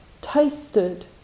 tasted